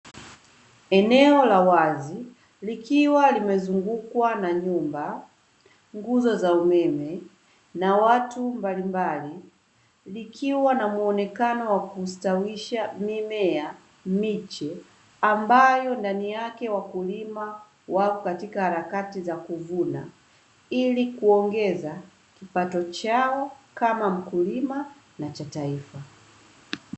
Eneo la wazi likiwa limezungukwa na nyumba, nguzo za umeme na watu mbalimbali, likiwa na mueonekano wa kustawisha mimea, miche, ambayo ndani yake wakulima wako katika harakati za kuvuna, ili kuongeza kipato chao kama mkulima, na cha taifa.